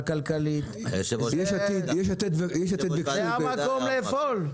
הכלכלית זה המקום לפעול.